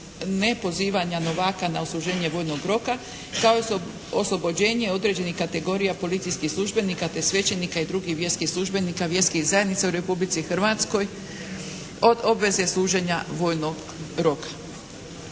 ne pozivanja novaka na odsluženje vojnog roka kao i oslobođenje određenih kategorija policijskih službenika, te svećenika i drugih vjerskih službenika, vjerskih zajednica u Republici Hrvatskoj od obveze služenja vojnog roka.